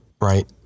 Right